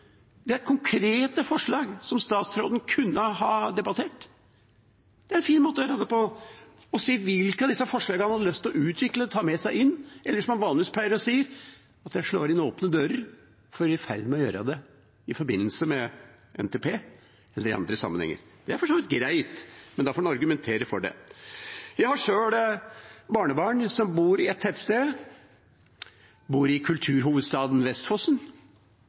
Det er konkrete forslag, som statsråden kunne ha debattert. Det ville vært en fin måte å gjøre det på å si hvilke av disse forslagene han hadde hatt lyst til å utvikle og ta med seg, eller – som han vanligvis pleier – å si at jeg slår inn åpne dører, fordi de er i ferd med å gjøre det i forbindelse med NTP eller i andre sammenhenger. Det er for så vidt greit, men da får han argumentere for det. Jeg har sjøl barnebarn som bor i et tettsted, de bor i kulturhovedstaden Vestfossen.